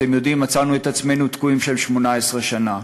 אתם יודעים, מצאנו את עצמנו תקועים שם 18 שנה.